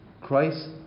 Christ